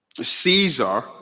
Caesar